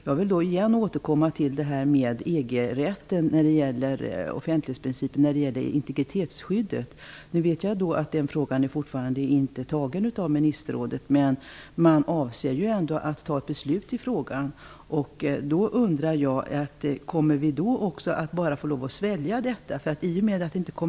Jag vill återkomma till EG-rätten när det gäller offentlighetsprincipen och integritetsskyddet. Jag vet att den frågan ännu inte har avgjorts i ministerrådet, men man avser att fatta beslut i frågan. Då undrar jag: Kommer vi också bara att få lov att svälja detta?